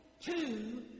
two